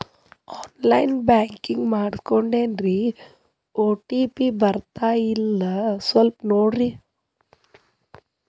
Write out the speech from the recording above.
on line banking ಮಾಡಿಸ್ಕೊಂಡೇನ್ರಿ OTP ಬರ್ತಾಯಿಲ್ಲ ಸ್ವಲ್ಪ ನೋಡ್ರಿ